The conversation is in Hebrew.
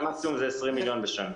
והמקסימום זה 20 מיליון בשנה.